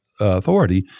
authority